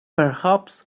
perhaps